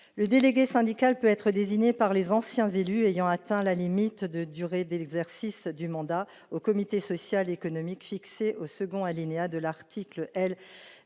le délégué syndical peut être désigné parmi les anciens élus ayant atteint la limite de durée d'exercice du mandat au comité social et économique fixée au second alinéa de l'article L.